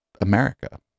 america